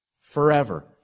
forever